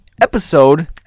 episode